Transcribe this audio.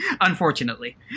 Unfortunately